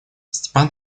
степан